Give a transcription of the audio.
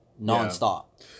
non-stop